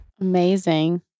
amazing